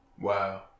Wow